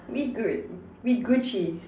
we good we Gucci